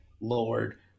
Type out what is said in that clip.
Lord